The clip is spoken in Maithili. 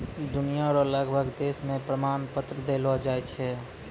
दुनिया रो लगभग देश मे प्रमाण पत्र देलो जाय छै